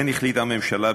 כן החליטה הממשלה,